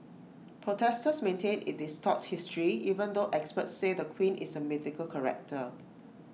protesters maintain IT distorts history even though experts say the queen is A mythical character